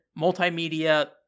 multimedia